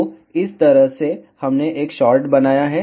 तो इस तरह से हमने एक शॉर्ट बनाया है